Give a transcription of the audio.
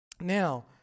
Now